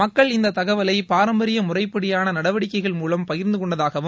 மக்கள் இந்த தகவலை பாரம்பரிய முறைப்படியான நடவடிக்கைகள் மூலம் பகிர்ந்துகொண்டதாகவும்